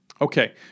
Okay